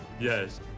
Yes